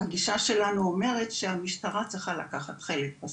הגישה שלנו אומרת שהמשטרה צריכה לקחת חלק בסיפור.